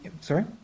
Sorry